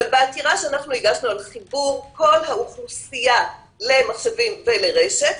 אבל בעתירה שאנחנו הגשנו על חיבור כל האוכלוסייה למחשבים ולרשת,